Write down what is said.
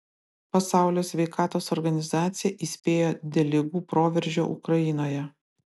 pasaulio sveikatos organizacija įspėjo dėl ligų proveržio ukrainoje